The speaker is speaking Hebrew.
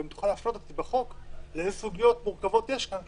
ואם תוכל להפנות אותי בחוק לאיזה סוגיות מורכבות יש כאן,